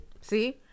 See